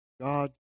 God